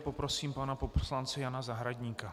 Poprosím pana poslance Jana Zahradníka.